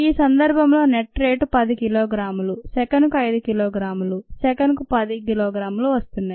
ఈ సందర్భంలో net rate 10 కిలోగ్రాములు సెకనుకు 5 కిలోగ్రాములు సెకనుకు 10 కిలోగ్రాములు వస్తున్నాయి